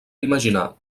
imaginar